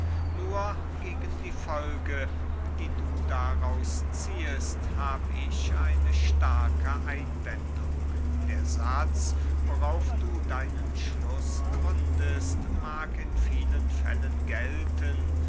nur gegen die folge die du daraus ziehest hab ich eine starke einwendung der satz worauf du deinen schluß gründest mag in vielen fällen gelten